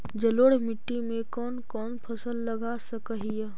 जलोढ़ मिट्टी में कौन कौन फसल लगा सक हिय?